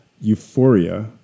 euphoria